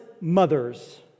mothers